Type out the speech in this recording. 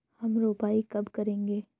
हम रोपाई कब करेंगे?